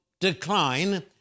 decline